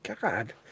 God